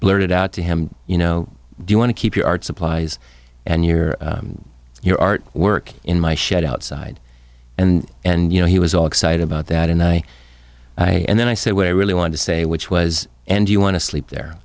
blurted out to him you know do you want to keep your art supplies and your your art work in my shed outside and you know he was all excited about that and i and then i said where i really want to say which was and you want to sleep there